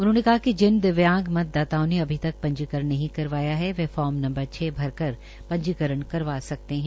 उन्होंने कहा कि जिन दिव्यांग मतदाताओं ने अभी तक पंजीकरण नहीं करवाया है वह फार्म नम्बर छ भरकर पंजीकरण करवा सकते है